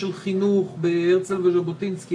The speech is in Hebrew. של חינוך בהרצל וז'בוטינסקי,